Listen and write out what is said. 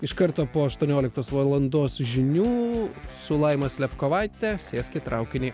iš karto po aštuonioliktos valandos žinių su laima slepkovaite sėsk į traukinį